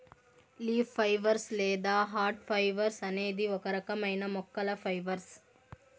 leaf fibres లేదా hard fibres అనేది ఒక రకమైన మొక్కల ఫైబర్